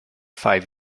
five